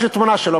יש לי תמונה שלו,